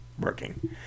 working